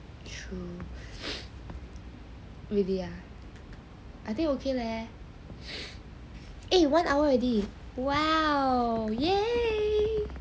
true really ah I think okay leh eh one hour already !wow! yeah